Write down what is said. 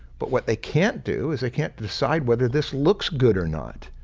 but what they can't do is they can't decide whether this looks good or not.